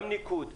גם ניקוד,